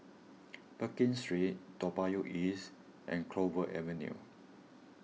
Pekin Street Toa Payoh East and Clover Avenue